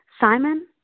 Simon